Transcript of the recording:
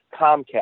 Comcast